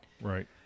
Right